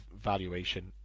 valuation